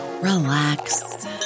relax